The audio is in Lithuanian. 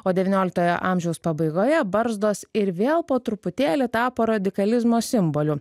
o devynioliktojo amžiaus pabaigoje barzdos ir vėl po truputėlį tapo radikalizmo simboliu